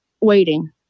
Waiting